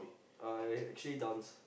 uh I actually dance